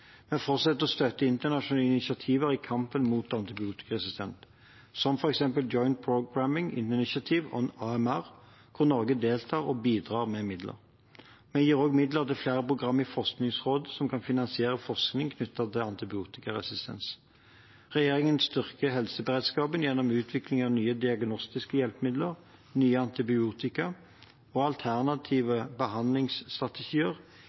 fortsetter å støtte internasjonale initiativer i kampen mot antibiotikaresistens, som f.eks. Joint Programming Initiative on AMR, hvor Norge deltar og bidrar med midler. Vi gir også midler til flere program i Forskningsrådet som kan finansiere forskning knyttet til antibiotikaresistens. Regjeringen styrker helseberedskapen gjennom utvikling av nye diagnostiske hjelpemidler, nye antibiotika og